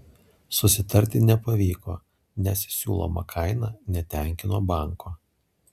susitarti nepavyko nes siūloma kaina netenkino banko